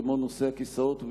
כמו בנושא הכיסאות,